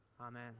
Amen